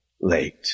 late